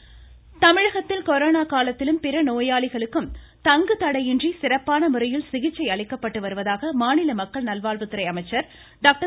Sellur Raju voice Vijayabaskar தமிழகத்தில் corona காலத்திலும் பிற நோயாளிகளுக்கும் தங்கு தடையின்றி சிறப்பான முறையில் சிகிச்சை அளிக்கப்பட்டு வருவதாக மாநில மக்கள் நல்வாழ்வுத்துறை அமைச்சர் டாக்டர்